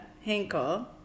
Hinkle